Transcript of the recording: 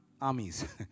armies